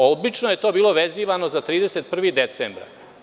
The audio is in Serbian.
Obično je to bilo vezivano za 31. decembar.